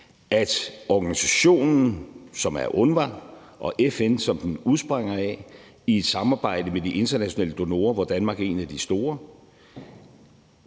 at organisationen, som er UNRWA, og FN, som den udspringer af, i et samarbejde med de internationale donorer, hvor Danmark er en af de store,